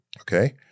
Okay